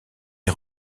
est